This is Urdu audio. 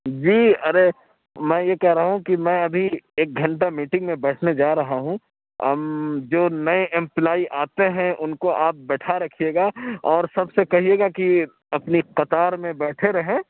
جی ارے میں یہ کہ رہا ہوں کہ میں ابھی ایک گھنٹہ میٹنگ میں بیٹھنے جا رہا ہوں جو نئے ایمپلائی آتے ہیں اُن کو آپ بیٹھا رکھیے گا اور سب سے کہیے گا کہ اپنی قطار میں بیٹھے رہیں